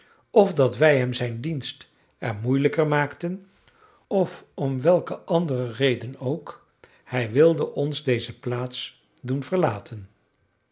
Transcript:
of dat wij hem zijn dienst er moeielijker maakten of om welke andere reden ook hij wilde ons deze plaats doen verlaten